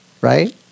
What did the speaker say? right